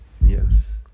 yes